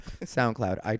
soundcloud